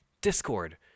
Discord